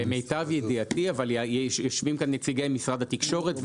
למיטב ידיעתי אבל יושבים כאן נציגי משרד התקשורת,